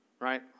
right